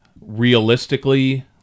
Realistically